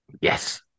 Yes